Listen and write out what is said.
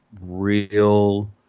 real